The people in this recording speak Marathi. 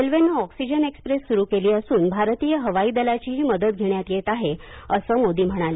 रेल्वेनं ऑक्सीजन एक्सप्रेस सुरू केली असुन भारतीय हवाई दलाचीही मदत घेण्यात येत आहे असं मोदी म्हणाले